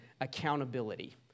accountability